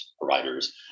providers